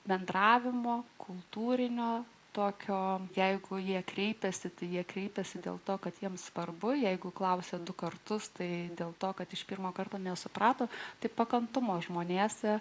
bendravimo kultūrinio tokio jeigu jie kreipiasi tai jie kreipiasi dėl to kad jiems svarbu jeigu klausia du kartus tai dėl to kad iš pirmo karto nesuprato tai pakantumo žmonėse